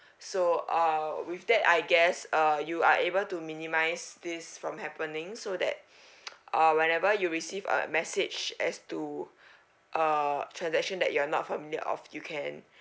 so uh with that I guess uh you are able to minimise this from happening so that uh whenever you receive a message as to uh transaction that you're not familiar of you can